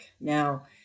Now